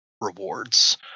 rewards